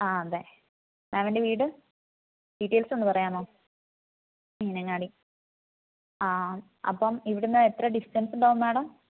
അ അ മാംമിൻ്റെ വീട് ഡീറ്റെയിൽസ് ഒന്ന് പറയാമോ മീനങ്ങാടി അതെ അപ്പം ഇവിടുന്ന് എത്ര ഡിസ്റ്റൻസ് ഉണ്ടാവും മാഡം